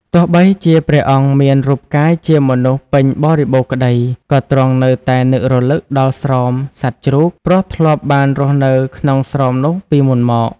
ទោះបីជាព្រះអង្គមានរូបកាយជាមនុស្សពេញបរិបូរណ៍ក្តី ក៏ទ្រង់នៅតែនឹករលឹកដល់ស្រោមសត្វជ្រូក ព្រោះធ្លាប់បានរស់នៅក្នុងស្រោមនោះពីមុនមក។